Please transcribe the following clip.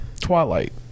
Twilight